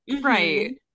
Right